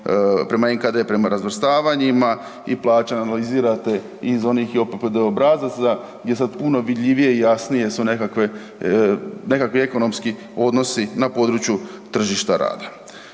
nema NKD, prema razvrstavanjima i plaće analizirate iz onih JOPPD obrazaca, gdje je sad puno vidljivije i jasnije su nekakve nekakvi ekonomski odnosi na području tržišta rada.